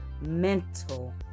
mental